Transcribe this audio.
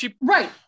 right